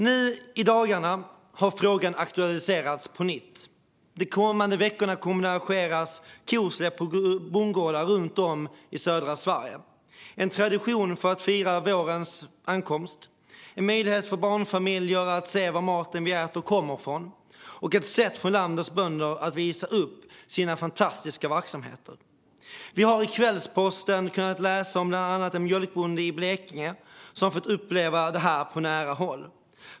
Nu i dagarna har frågan aktualiserats på nytt. De kommande veckorna kommer det att arrangeras kosläpp på bondgårdar runt om i södra Sverige. Detta är en tradition för att fira vårens ankomst, en möjlighet för barnfamiljer att se var maten vi äter kommer från och ett sätt för landets bönder att visa upp sina fantastiska verksamheter. Vi har i Kvällsposten kunnat läsa om bland annat en mjölkbonde i Blekinge som fått uppleva det här på nära håll.